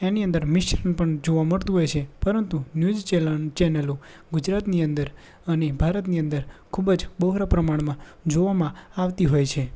એની અંદર મિશ્રણ પણ જોવા મળતું હોય છે પરંતુ ન્યૂઝ ચેનલો ગુજરાતની અંદર અને ભારતની અંદર ખુબજ બહોળા પ્રમાણમાં જોવામાં આવતી હોય છે